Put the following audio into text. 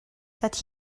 that